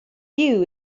you